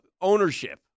ownership